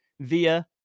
via